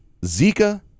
Zika